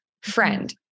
friend